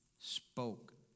spoke